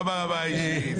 לא ברמה האישית.